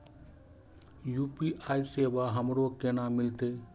UPI सेवा हमरो केना मिलते?